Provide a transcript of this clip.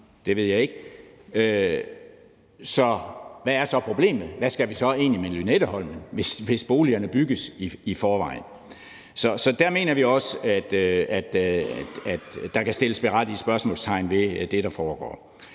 det ved jeg ikke – hvad er så problemet? Hvad skal vi så egentlig med Lynetteholmen, hvis boligerne bliver bygget i forvejen? Der mener vi også, at der kan sættes berettigede spørgsmålstegn ved det, der foregår.